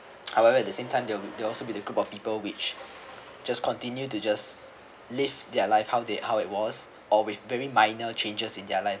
however at the same time they'll they'll also be the group of people which just continue to just live their life how they how it was or with maybe minor changes in their livelihood